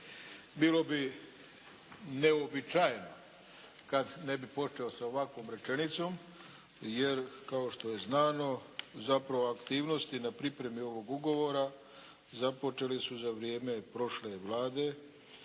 Bilo bi neuobičajeno kad ne bi počeo sa ovakvom rečenicom jer kao što je znano zapravo aktivnosti na pripremi ovog ugovora započeli su za vrijeme prošle Vlade,